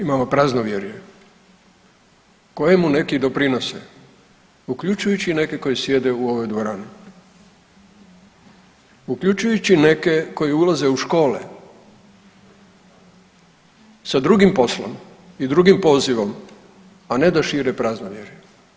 Imamo praznovjerje kojemu neki i doprinose uključujući i neke koji sjede u ovoj dvorani, uključujući neke koji ulaze u škole sa drugim poslom i drugim pozivom, a ne da šire praznovjerje.